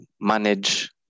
manage